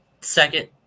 second